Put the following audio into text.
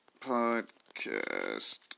Podcast